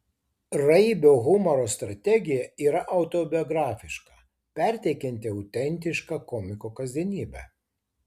raibio humoro strategija yra autobiografiška perteikianti autentišką komiko kasdienybę